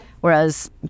Whereas